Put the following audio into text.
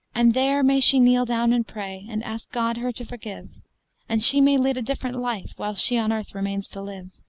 and there may she kneel down and pray, and ask god her to forgive and she may lead a different life while she on earth remains to live.